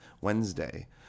Wednesday